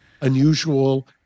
unusual